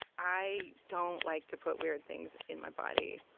i don't like to put weird things in my body.